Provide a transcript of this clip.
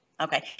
Okay